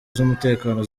z’umutekano